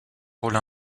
rôle